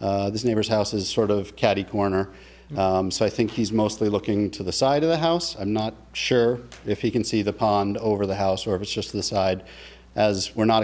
this neighbor's house is sort of catty corner so i think he's mostly looking to the side of the house i'm not sure if he can see the pond over the house or if it's just to the side as we're not